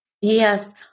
Yes